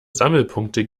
sammelpunkte